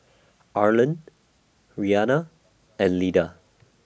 Arland Rhianna and Lyda